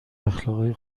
اخلاقای